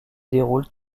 déroulent